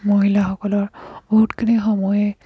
মহিলাসকলৰ বহুতখিনি সময়ে